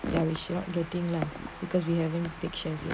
there not getting lah because we haven't addictions